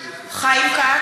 (קוראת בשמות חברי הכנסת) חיים כץ,